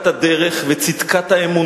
סיעתית.